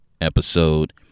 episode